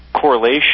correlation